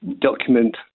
document